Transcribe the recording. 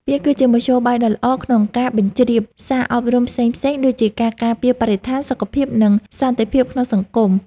វាគឺជាមធ្យោបាយដ៏ល្អក្នុងការបញ្ជ្រាបសារអប់រំផ្សេងៗ ដូចជាការការពារបរិស្ថាន សុខភាព និងសន្តិភាពក្នុងសង្គម។